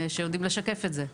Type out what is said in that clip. שיודעים לשקף את זה.